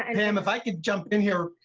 and um if i could jump in here,